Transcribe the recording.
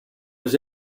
was